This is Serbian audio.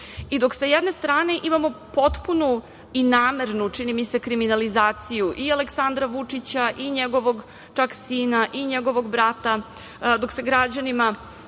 dok sa jedne strane imamo potpunu i namernu, čini mi se kriminalizaciju i Aleksandra Vučića i njegovog čak sina, i njegovog brata, dok se građanima